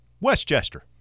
Westchester